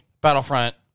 battlefront